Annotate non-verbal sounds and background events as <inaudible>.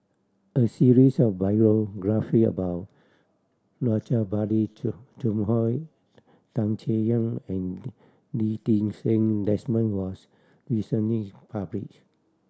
a series of biography about Rajabali <unintelligible> Tan Chay Yan and Lee Ti Seng Desmond was recently publish